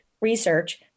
research